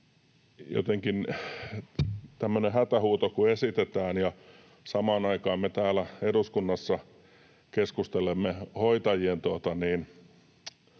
jotenkin tämmöinen hätähuuto kun esitetään, ja samaan aikaan me täällä eduskunnassa keskustelemme hoitajien